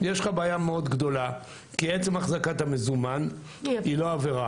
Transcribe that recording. יש לך בעיה מאוד גדולה כי עצם החזקת המזומן היא לא עבירה.